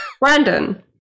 Brandon